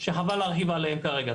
שחבל להרחיב עליהם כרגע.